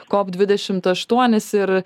kop dvidešimt aštuonis ir